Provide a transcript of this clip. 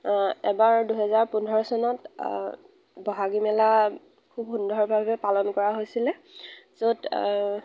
এবাৰ দুহেজাৰ পোন্ধৰ চনত ব'হাগী মেলা খুব সুন্দৰভাৱে পালন কৰা হৈছিলে য'ত